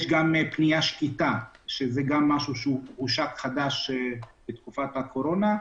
יש גם פניה שקטה, שזה הושק רק בתקופת הקורונה.